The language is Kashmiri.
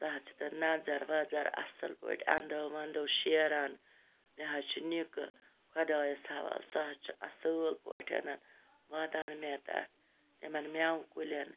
سۄ حظ چھِ تَتھ نَظَر وَظَر اَصل پٲٹھۍ اَندَو اَندَو شہران مےٚ حظ چھُ نِکہٕ خۄدایَس حَوال سُہ حظ چھُ اَصل پٲٹھۍ واتان مےٚ تَتھ یِمن میٚوٕ کُلٮ۪ن